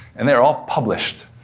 and they are all published.